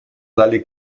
dalle